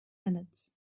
minutes